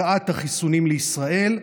הגעת החיסונים לישראל,